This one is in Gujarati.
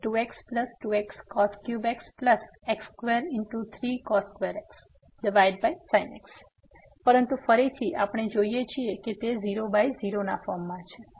તેથી 2x2xx x23x sin x પરંતુ ફરીથી આપણે જોઈએ છીએ કે તે 0 બાય 0 ફોર્મ છે